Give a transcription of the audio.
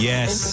Yes